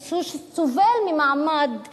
הוא סובל ממעמד נחות.